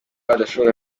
adashobora